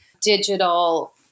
digital